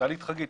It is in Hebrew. תשאלי את חגית,